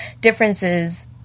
differences